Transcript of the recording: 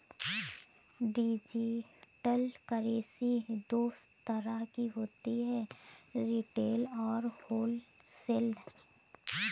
digital currency दो तरह की होती है रिटेल और होलसेल